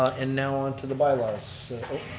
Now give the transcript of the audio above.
and now onto the bylaws.